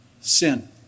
sin